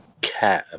cab